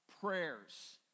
prayers